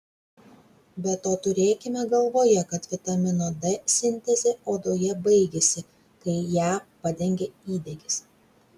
be to turėkime galvoje kad vitamino d sintezė odoje baigiasi kai ją padengia įdegis